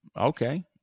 Okay